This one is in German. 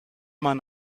man